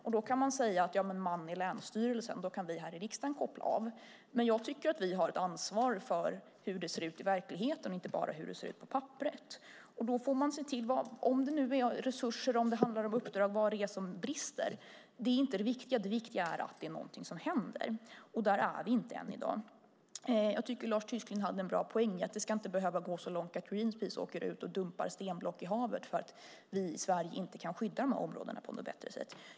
Om "man" är länsstyrelsen skulle vi i riksdagen kunna koppla av, men jag tycker att vi har ett ansvar för hur det ser ut i verkligheten och inte bara för hur det ser ut på papperet. Var det brister, om det handlar om resurser eller uppdrag, är inte det viktiga; det viktiga är att något händer. Där är vi inte i dag. Lars Tysklind hade en poäng med att det inte ska behöva gå så långt att Greenpeace åker ut och dumpar stenblock i havet för att vi i Sverige inte kan skydda dessa områden.